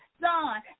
son